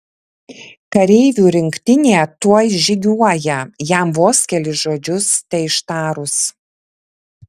kareivų rinktinė tuoj žygiuoja jam vos kelis žodžius teištarus